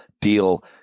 deal